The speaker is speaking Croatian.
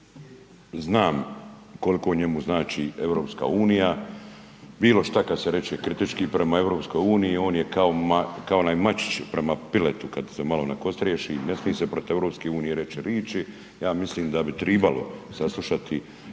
znam koliko njemu znači EU, bilo šta kada se reče kritički prema EU on je kao onaj mačić prema piletu kad se malo nakostriješi, ne smije se protiv EU reći riječi. Ja mislim da bi trebalo saslušati